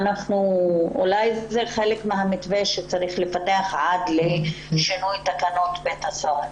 אולי זה חלק מהמתווה שצריך לפתח עד לשינוי תקנות בית הסוהר.